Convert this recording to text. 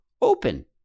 open